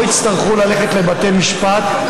לא יצטרכו ללכת לבתי משפט,